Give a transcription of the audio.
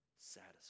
satisfied